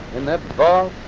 in that but